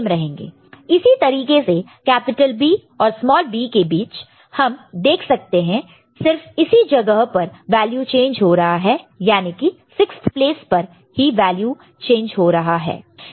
इसी तरीके से कैपिटल B और स्मॉल b के बीच हम देख सकते हैं कि सिर्फ इसी जगह पर वैल्यू चेंज हो रहा है याने की 6th प्लेस पर ही वैल्यू चेंज हो रहा है